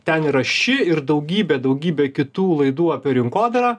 ten yra ši ir daugybė daugybė kitų laidų apie rinkodarą